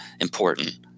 important